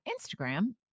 Instagram